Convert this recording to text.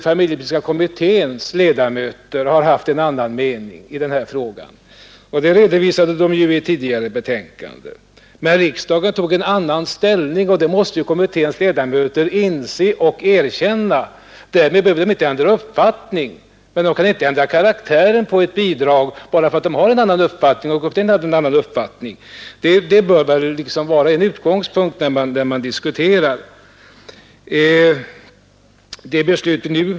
Familjepolitiska kommitténs ledamöter har inte haft den meningen; det redovisade man i ett tidigare betänkande. Men riksdagen intog ju en annan ställning, och det måste kommitténs ledamöter inse och erkänna. Därför behöver de inte ändra sin egen uppfattning, men de kan inte ändra karaktären på ett bidrag därför att de har denna uppfattning. Det bör väl vara en utgångspunkt när man diskuterar.